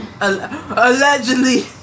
allegedly